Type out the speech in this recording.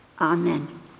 Amen